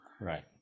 Right